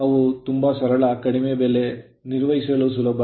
ಅವು ತುಂಬಾ ಸರಳ ಕಡಿಮೆ ಬೆಲೆ ನಿರ್ವಹಿಸಲು ಸುಲಭ